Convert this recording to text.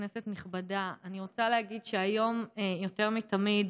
כנסת נכבדה, אני רוצה להגיד שהיום יותר מתמיד